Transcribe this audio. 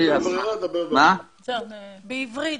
בעברית.